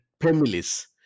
families